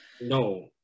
No